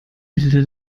bilde